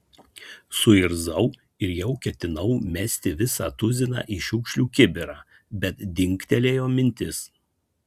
suirzau ir jau ketinau mesti visą tuziną į šiukšlių kibirą bet dingtelėjo mintis